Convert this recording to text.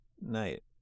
Night